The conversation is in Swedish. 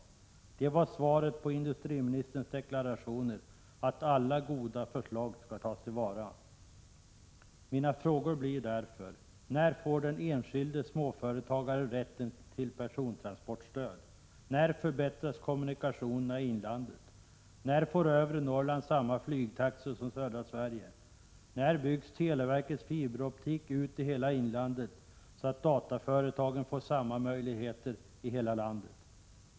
Det var svaret på industriministerns deklarationer att alla goda förslag skall tas till vara. Mina frågor blir därför: När får den enskilde småföretagaren rätten till persontransportstöd? När förbättras kommunikationerna i inlandet? När får övre Norrland samma flygtaxor som södra Sverige? När byggs televerkets fiberoptik ut i hela inlandet, så att dataföretagen får samma möjligheter i hela landet?